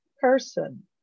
person